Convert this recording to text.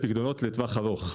לפיקדונות לטווח ארוך.